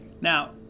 Now